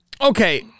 okay